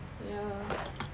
ya